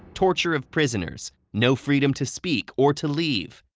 torture of prisoners, no freedom to speak or to leave.